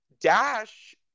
Dash